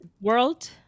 World